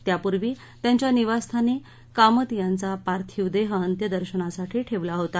त्यापूर्वी त्यांच्या निवासस्थानी कामत यांचा पार्थिव देह अंत्यदर्शनासाठी ठेवला होता